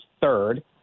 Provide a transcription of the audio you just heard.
third